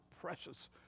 precious